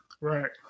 Right